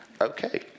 okay